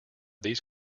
these